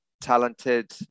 talented